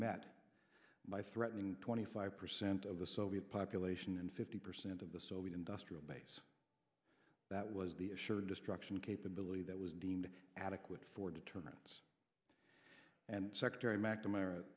met by threatening twenty five percent of the soviet population and fifty percent of the soviet industrial base that was the assured destruction capability that was deemed adequate for deterrence and secretary mcnamara